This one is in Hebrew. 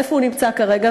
איפה הוא נמצא כרגע,